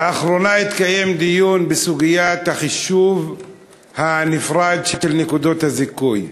לאחרונה התקיים דיון בסוגיית החישוב הנפרד של נקודות הזיכוי,